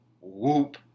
whoop